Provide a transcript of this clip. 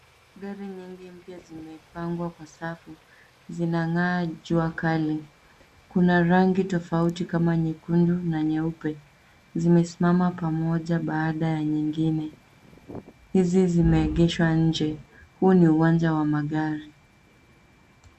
Gari nyingi mpya zimepangwa kwa safu, zinang'aa jua kali. Kuna rangi tofauti kama nyekundu na nyeupe zimesimama pamoja baada ya nyingine. Hizi zimeegeshwa nje. Huu ni uwanja wa magari.